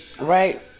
Right